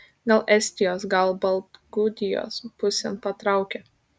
gal estijos gal baltgudijos pusėn patraukė